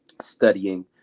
studying